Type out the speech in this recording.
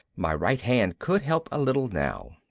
my right hand could help a little now.